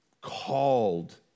called